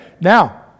now